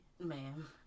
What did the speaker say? Ma'am